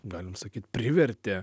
galim sakyt privertė